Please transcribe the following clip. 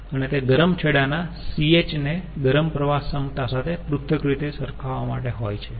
અને તે ગરમ છેડા ના CH ને ગરમ પ્રવાહ ક્ષમતા સાથે પૃથક રીતે સરખાવવા માટે હોય છે